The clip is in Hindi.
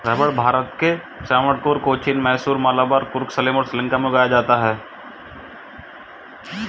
रबड़ भारत के त्रावणकोर, कोचीन, मैसूर, मलाबार, कुर्ग, सलेम और श्रीलंका में उगाया जाता है